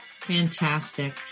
Fantastic